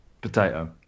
Potato